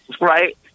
Right